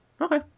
Okay